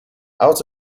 out